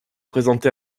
présenté